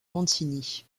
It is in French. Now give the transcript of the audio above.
mancini